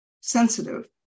sensitive